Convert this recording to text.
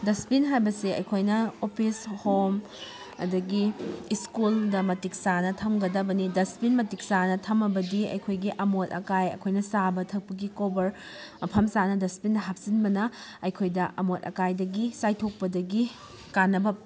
ꯗꯁꯕꯤꯟ ꯍꯥꯏꯕꯁꯦ ꯑꯩꯈꯣꯏꯅ ꯑꯣꯄꯤꯁ ꯍꯣꯝ ꯑꯗꯨꯗꯒꯤ ꯁ꯭ꯀꯨꯜꯗ ꯃꯇꯤꯛ ꯆꯥꯅ ꯊꯝꯒꯗꯕꯅꯤ ꯗꯁꯕꯤꯟ ꯃꯇꯤꯛ ꯆꯥꯅ ꯊꯝꯃꯕꯗꯤ ꯑꯩꯈꯣꯏꯒꯤ ꯑꯃꯣꯠ ꯑꯀꯥꯏ ꯑꯩꯈꯣꯏꯅ ꯆꯥꯕ ꯊꯛꯄꯒꯤ ꯀꯣꯕꯔ ꯃꯐꯝ ꯆꯥꯅ ꯗꯁꯕꯤꯟꯗ ꯍꯥꯞꯆꯤꯟꯕꯅ ꯑꯩꯈꯣꯏꯗ ꯑꯃꯣꯠ ꯑꯀꯥꯏꯗꯒꯤ ꯆꯥꯏꯊꯣꯛꯄꯒꯤ ꯀꯥꯟꯅꯕ